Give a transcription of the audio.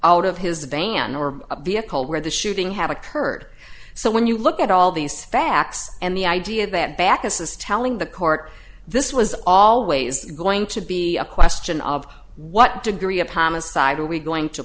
out of his van nor a vehicle where the shooting had occurred so when you look at all these facts and the idea that baucus is telling the court this was always going to be a question of what degree of homicide are we going to